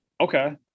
Okay